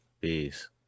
peace